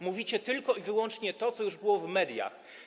Mówicie tylko i wyłącznie to, co już było w mediach.